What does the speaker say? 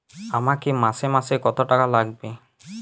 আমাকে মাসে মাসে কত টাকা লাগবে?